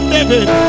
David